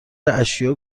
اشیاء